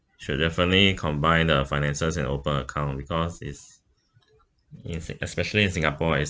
should definitely combine their finances and open account because it's it's especially in singapore as